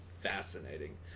fascinating